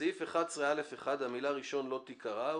בסעיף 11א(1) המילה "ראשון" לא תיקרא,